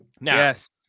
Yes